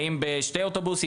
האם בשני אוטובוסים?